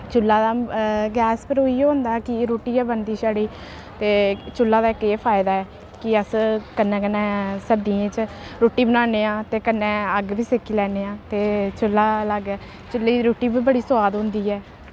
चु'ल्ला दा गैस पर इ'यो होंदा कि रुट्टी गै बनदी छड़ी ते चु'ल्ला दा इक एह् फायदा ऐ कि अस कन्नै कन्नै सर्दियैं च रुट्टी बनान्ने आं ते कन्नै अग्ग बी सेक्की लैन्ने आं ते चु'ल्ला लाग्गै चु'ल्ली दी रुट्टी बी बड़ी सोआद होंदी ऐ